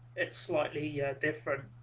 it's like the yeah different